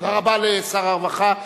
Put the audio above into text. תודה רבה לשר הרווחה.